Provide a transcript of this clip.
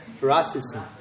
racism